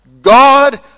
God